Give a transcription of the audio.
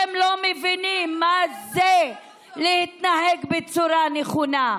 אתם לא מבינים מה זה להתנהג בצורה נכונה.